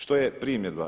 Što je primjedba?